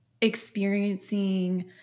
experiencing